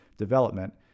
development